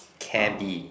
Cabbie